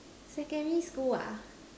secondary school ah